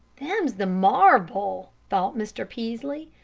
them's the marble, thought mr. peaslee,